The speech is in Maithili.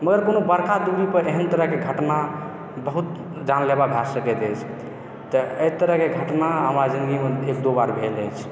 मगर कोनो बड़का दूरी पर एहन तरह के घटना बहुत जानलेवा भए सकैत अछि तऽ एहि तरह के घटना हमरा जिन्दगीमे एक दो बार भेल अछि